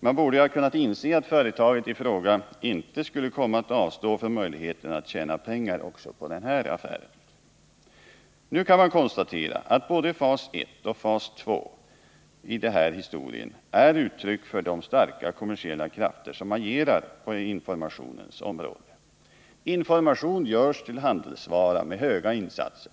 Man borde ju ha kunnat inse att företaget i fråga inte skulle komma att avstå från möjligheten att tjäna pengar också på denna affär. Nu kan man konstatera att både fas ett och fas två i denna historia är uttryck för de starka kommersiella krafter som agerar på informationens område. Information görs till handelsvara med höga insatser.